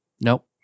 Nope